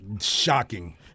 Shocking